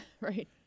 right